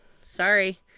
Sorry